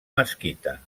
mesquita